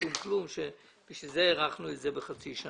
שום כלום.